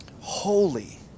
holy